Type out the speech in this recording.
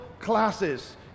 classes